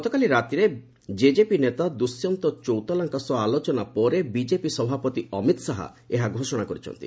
ଗତକାଲି ରାତିରେ ଜେଜେପି ନେତା ଦୁଷ୍ୟନ୍ତ ଚୌତାଲାଙ୍କ ସହ ଆଲୋଚନା ପରେ ବିଜେପି ସଭାପତି ଅମିତ ଶାହା ଏହା ଘୋଷଣା କରିଛନ୍ତି